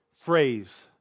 phrase